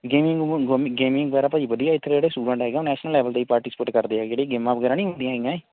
gaming ਗੁਮੀ gaming ਵਗੈਰਾ ਭਾ ਜੀ ਵਧੀਆ ਏ ਇੱਥੇ ਜਿਹੜੇ ਸਟੂਡੇਂਟ ਹੈਗੇ ਉਹ ਨੈਸ਼ਨਲ ਲੈਵਲ ਦੇ ਪਾਰਟੀਸਪੇਟ ਕਰਦੇ ਹੈਗੇ ਜਿਹੜੀ ਗੇਮਾਂ ਵਗੈਰਾ ਨਹੀਂ ਹੁੰਦੀਆਂ ਹੈਗੀਆਂ